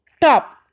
top